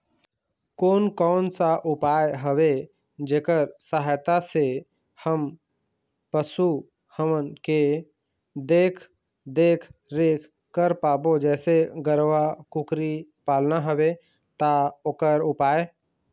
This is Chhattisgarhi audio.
कोन कौन सा उपाय हवे जेकर सहायता से हम पशु हमन के देख देख रेख कर पाबो जैसे गरवा कुकरी पालना हवे ता ओकर उपाय?